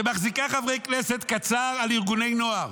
שמחזיקה חברי כנסת קצר על ארגוני נוער,